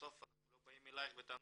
בסוף אנחנו לא באים אליך בטענות,